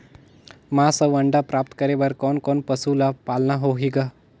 मांस अउ अंडा प्राप्त करे बर कोन कोन पशु ल पालना होही ग?